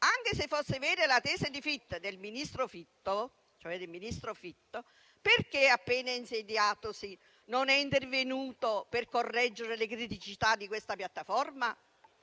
anche se fosse vera la tesi del ministro Fitto, perché appena insediatosi non è intervenuto per correggere le criticità di questa piattaforma?